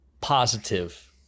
positive